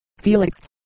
Felix